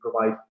provide